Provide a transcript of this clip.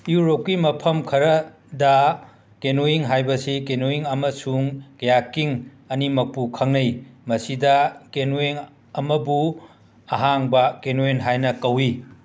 ꯌꯨꯔꯣꯞꯀꯤ ꯃꯐꯝ ꯈꯔꯗ ꯀꯦꯅꯣꯋꯤꯡ ꯍꯥꯏꯕꯁꯤ ꯀꯦꯅꯣꯋꯤꯡ ꯑꯃꯁꯨꯡ ꯀ꯭ꯌꯥꯀꯤꯡ ꯑꯅꯤꯃꯛꯄꯨ ꯈꯪꯅꯩ ꯃꯁꯤꯗ ꯀꯦꯅꯣꯋꯤꯡ ꯑꯃꯕꯨ ꯑꯍꯥꯡꯕ ꯀꯦꯅꯣꯋꯦꯟ ꯍꯥꯏꯅ ꯀꯧꯏ